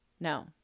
No